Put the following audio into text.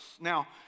Now